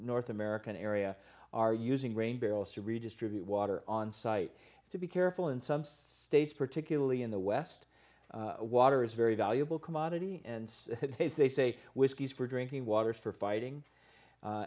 north american area are using rain barrel stood redistribute water on site to be careful in some states particularly in the west water is very valuable commodity and they say whiskies for drinking water for fighting